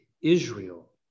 Israel